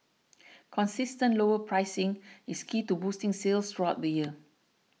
consistent lower pricing is key to boosting sales throughout the year